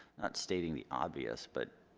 not stating the obvious, but.